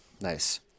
Nice